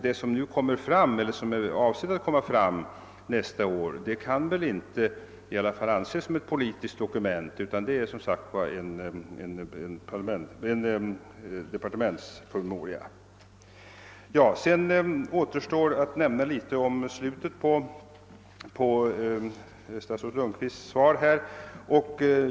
Det som nästa år är avsett att komma fram kan väl ändå inte anses som ett politiskt dokument, utan det är en departementspromemoria. Sedan återstår att säga något om slutet på statsrådet Lundkvists svar.